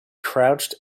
crouched